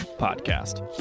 podcast